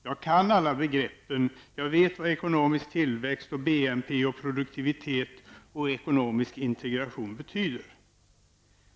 Jag kan alla begreppen och vet vad ekonomisk tillväxt, BNP, produktivitet och ekonomisk integration betyder.